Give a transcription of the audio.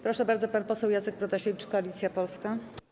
Proszę bardzo, pan poseł Jacek Protasiewicz, Koalicja Polska.